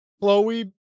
Chloe